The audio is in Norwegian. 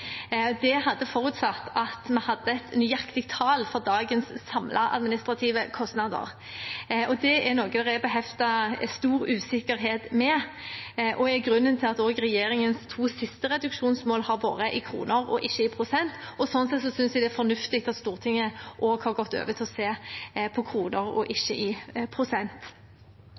Det hadde forutsatt at vi hadde et nøyaktig tall for dagens samlede administrative kostnader. Det er noe det er beheftet stor usikkerhet ved, og er grunnen til at regjeringens to siste reduksjonsmål har vært i kroner og ikke i prosent. Sånn sett synes jeg det er fornuftig at Stortinget også har gått over til å se på kroner og ikke prosent. Jeg er enig i